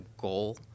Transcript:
goal